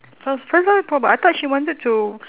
first first one floorball I thought she wanted to